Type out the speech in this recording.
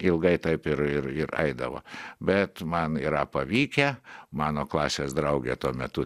ilgai taip ir ir ir eidavo bet man yra pavykę mano klasės draugė tuo metu